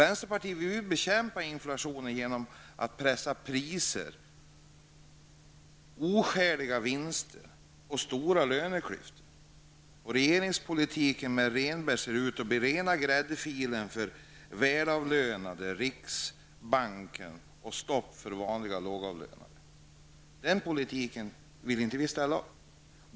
Vänsterpartiet vill bekämpa inflationen genom att pressa priser, oskäliga vinster och stora löneklyftor. Regeringens politik, med Rehnberg, ser ut att bli rena gräddfilen för välavlönade -- t.ex. inom riksbanken -- och stopp för vanliga lågavlönade. Den politiken vill inte vi ställa upp på.